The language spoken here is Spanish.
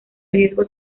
riesgo